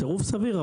סירוב סביר.